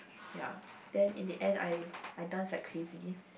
ya then in the end I I dance like crazy